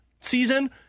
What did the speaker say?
season